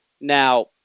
Now